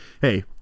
hey